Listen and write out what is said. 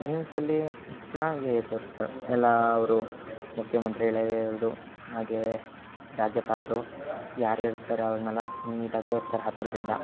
ನ್ಯೂಸಲ್ಲಿ ಚೆನ್ನಾಗಿ ತೋರ್ಸ್ತಾರೆ ಎಲ್ಲ ಅವರು ಮುಖ್ಯಮಂತ್ರಿಗಳೇ ಹಾಗೇ ರಾಜ್ಯಪಾಲರು ಯಾರ್ಯಾರು ಇರ್ತಾರೆ ಅವ್ರ್ನೆಲ್ಲ ನೀಟಾಗಿ ತೋರ್ಸ್ತಾರೆ ಹತ್ತಿರದಿಂದ